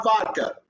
vodka